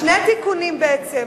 שני תיקונים בעצם.